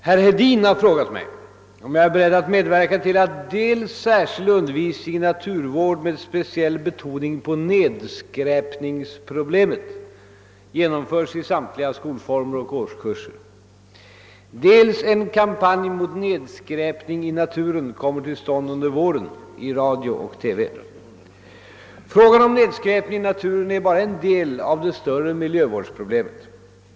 Herr talman! Herr Hedin har frågat mig, om jag är beredd att medverka till att dels särskild undervisning i naturvård med speciell betoning på nedskräpningsproblemet genomförs i samtliga skolformer och årskurser, dels en kampanj mot nedskräpning i naturen kommer till stånd under våren i radio och TV. Frågan om nedskräpningen i naturen är bara en del av det större miljövårdsproblemet.